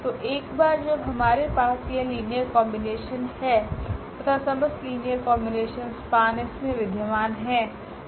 तो एक बार जब हमारे पास यह लीनियर कॉम्बिनेशन है तथा समस्त लीनियर कॉम्बिनेशन SPAN मे विधमान हैं